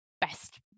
best